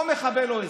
או מחבל או אזרח.